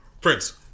prince